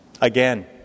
again